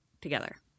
together